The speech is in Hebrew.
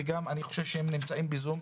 ואני חושב שהם גם נמצאים בזום,